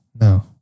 No